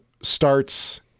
starts